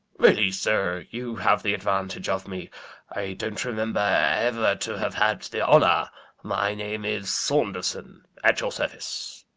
really, sir, you have the advantage of me i don't remember ever to have had the honour my name is saunderson, at your service.